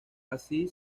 así